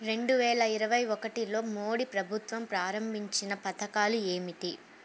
రెండు వేల ఇరవై ఒకటిలో మోడీ ప్రభుత్వం ప్రారంభించిన పథకాలు ఏమిటీ?